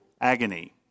agony